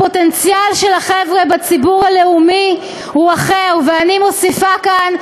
הפוטנציאל של החבר'ה בציבור הלאומי הוא אחר" ואני מוסיפה כאן,